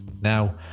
Now